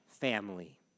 family